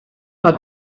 had